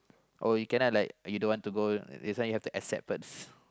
oh you cannot like you don't want to go this one that's why you have to accept first